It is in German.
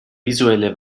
visuelle